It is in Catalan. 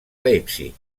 leipzig